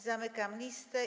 Zamykam listę.